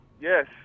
yes